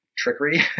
trickery